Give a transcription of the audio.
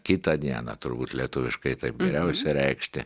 kitą dieną turbūt lietuviškai taip geriausia reikšti